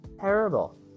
terrible